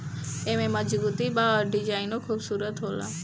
एमे मजबूती बा अउर डिजाइनो खुबसूरत होला